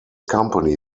company